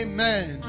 Amen